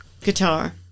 guitar